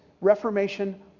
Reformation